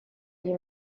iyi